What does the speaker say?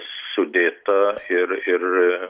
sudėta ir ir